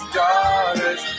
daughters